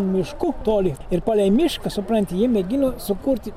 mišku toli ir palei mišką supranti jie mėgino sukurti